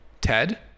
Ted